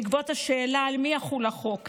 בעקבות השאלה על מי יחול החוק,